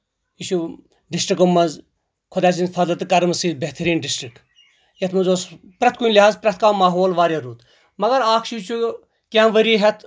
یہِ چھُ ڈسٹرکو منٛز خۄدایہِ سٕنٛد فضلہٕ تہٕ کَرمہٕ سۭتۍ بہتٔریٖن ڈسٹرک یَتھ منٛز اوس پرٮ۪تھ کُنہِ لِہاظہٕ پرٮ۪تھ کانٛہہ ماحول واریاہ رُت مگر اکھ چیٖز چھُ کیٚنٛہہ ؤری ہیٚتھ